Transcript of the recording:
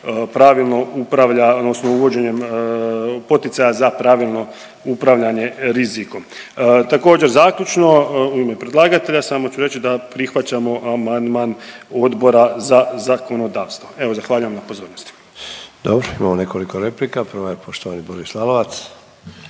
pravilno upravlja odnosno uvođenjem poticaja za pravilno upravljanjem rizikom. Također, zaključno u ime predlagatelja samo ću reći da prihvaćamo amandman Odbora za zakonodavstvo. Evo zahvaljujem na pozornosti. **Sanader, Ante (HDZ)** Dobro, imamo nekoliko replika, prva je poštovani Boris Lalovac.